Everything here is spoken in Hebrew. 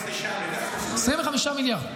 25 מיליארד.